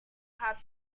hard